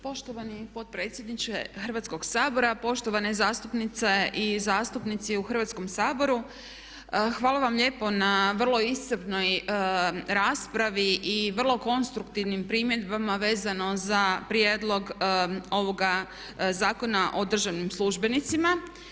Poštovani potpredsjedniče Hrvatskog sabora, poštovane zastupnice i zastupnici u Hrvatskom saboru hvala vam lijepo na vrlo iscrpnoj raspravi i vrlo konstruktivnim primjedbama vezano za prijedlog ovoga Zakona o državnim službenicima.